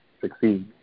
succeed